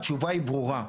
התשובה היא ברורה,